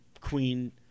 queen